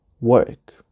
work